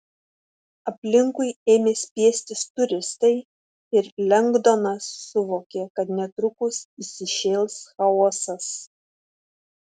aplinkui ėmė spiestis turistai ir lengdonas suvokė kad netrukus įsišėls chaosas